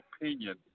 opinion